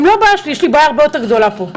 הם לא הבעיה שלי, יש לי בעיה הרבה יותר גדולה פה.